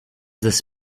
this